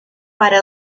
para